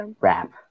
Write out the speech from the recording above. rap